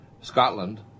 Scotland